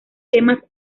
temas